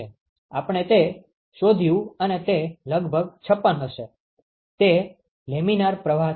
આપણે તે શોધ્યુ અને તે લગભગ 56 હશે તે લેમિનાર પ્રવાહ છે